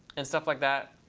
and stuff like that.